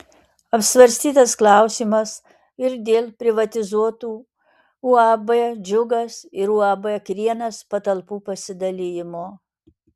apsvarstytas klausimas ir dėl privatizuotų uab džiugas ir uab krienas patalpų pasidalijimo